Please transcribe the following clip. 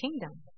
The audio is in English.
kingdom